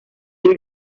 you